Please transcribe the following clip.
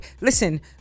Listen